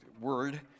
Word